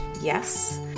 yes